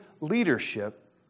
leadership